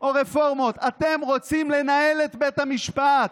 או רפורמות, אתם רוצים לנהל את בית המשפט.